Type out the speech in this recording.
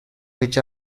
which